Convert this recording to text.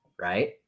Right